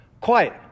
quiet